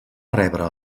rebre